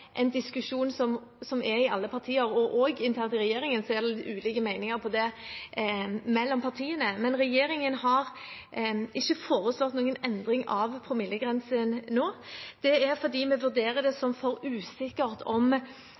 ulike meninger om det mellom partiene. Men regjeringen har ikke foreslått noen endring av promillegrensen nå. Det er fordi vi vurderer det som for usikkert